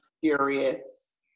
furious